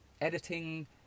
editing